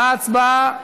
ההצבעה מבוטלת.